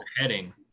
heading